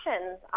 options